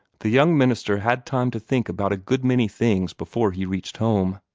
the young minister had time to think about a good many things before he reached home.